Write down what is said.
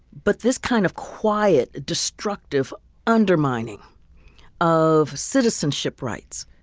but this kind of quiet destructive undermining of citizenship rights